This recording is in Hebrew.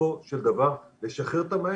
בסופו של דבר לשחרר את המערכת,